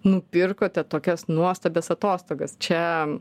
nupirkote tokias nuostabias atostogas čia